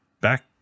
back